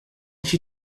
she